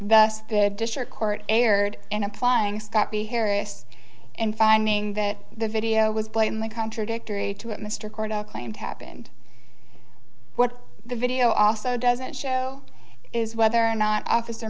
thus the district court erred in applying scott be hairiest and finding that the video was blatantly contradictory to what mr korda claimed happened what the video also doesn't show is whether or not officer